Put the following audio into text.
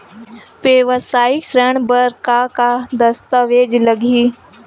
वेवसायिक ऋण बर का का दस्तावेज लगही?